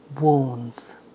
wounds